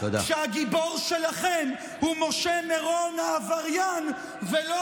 כשהגיבור שלכם הוא משה מירון העבריין ולא